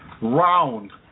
round